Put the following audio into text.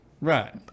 Right